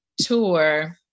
tour